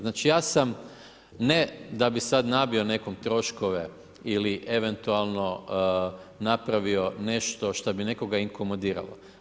Znači ja sam ne da bi nabio sada nekom troškove ili eventualno napravio nešto što bi nekoga inkomodiralo.